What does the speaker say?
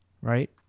right